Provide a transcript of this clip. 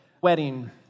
wedding